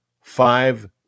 five